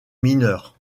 mineurs